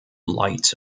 light